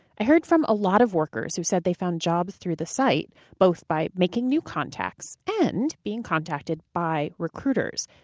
i heard from a lot of workers who said they found jobs through the site both by making new contacts and being contacted by recruiters.